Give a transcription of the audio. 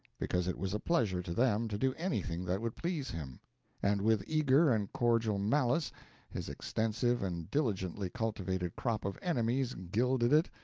because it was a pleasure to them to do anything that would please him and with eager and cordial malice his extensive and diligently cultivated crop of enemies gilded it,